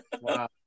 Wow